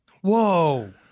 whoa